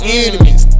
enemies